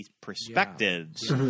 perspectives